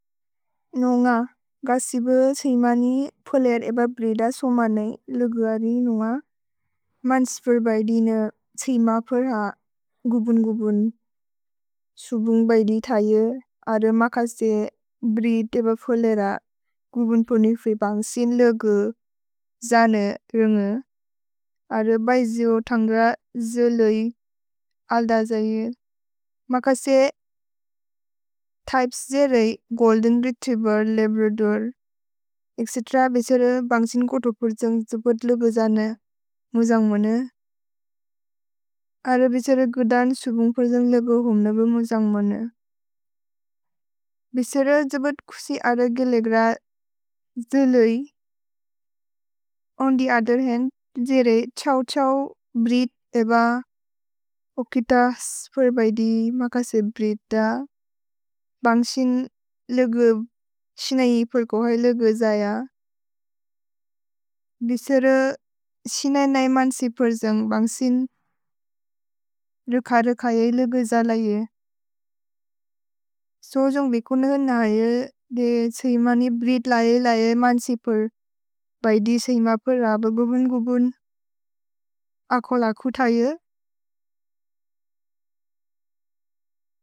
Assamese, Bodo, Bengali, Garo, Rabha, Dogri, Gujarati, Canadian, Italian, French, Kashmiri, Malayalam, Meitei, Nepali, Marathi, Sanskrit, Punjabi, Odia, Bangladeshi, Korean, Japanese, संस्कृती, Santhali, Tamil, Telugu, Urdu, Konkani, Bhutanese, Malaysian, Kannada, Naga, Tripuri, English, Polish, Portuguese, Danish, Dutch, German, Hebrew, Greek, Indonesian, Irish, Macedonian, Vietnamese.